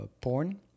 porn